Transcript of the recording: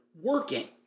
Working